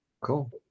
Cool